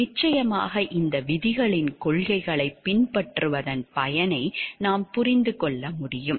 நிச்சயமாக இந்த விதிகளின் கொள்கைகளைப் பின்பற்றுவதன் பயனை நாம் புரிந்து கொள்ள முடியும்